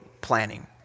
planning